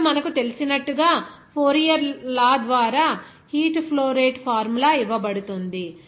ఇప్పుడు మనకు తెలిసినట్లుగా ఫోరియర్ లా ద్వారా హీట్ ఫ్లో రేటు ఫార్ములా ఇవ్వబడుతుంది